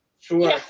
Sure